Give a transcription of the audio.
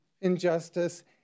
injustice